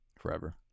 forever